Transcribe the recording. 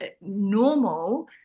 normal